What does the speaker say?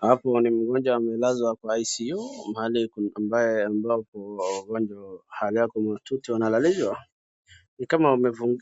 Hapo ni mgonjwa amelazwa kwa ICU mahali ambapo wagonjwa hali wako mahututi wanalalishwa. Ni kama